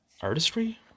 artistry